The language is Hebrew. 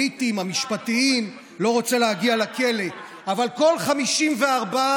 למי שיודע לקרוא סקרים וגם למי שמכיר את הלך הרוח,